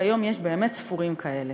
כיום יש באמת ספורים כאלה.